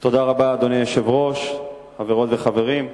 אדוני היושב-ראש, תודה רבה, חברות וחברים,